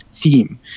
Theme